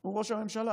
הוא ראש ממשלה,